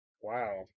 Wow